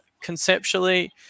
conceptually